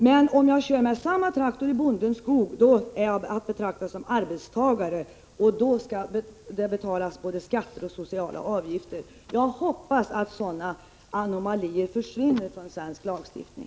Men om man kör med samma traktor i bondens skog är man att betrakta som arbetstagare. Då skall det betalas både skatter och socialavgifter. Jag hoppas att sådana anomalier försvinner från svensk lagstiftning.